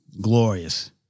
glorious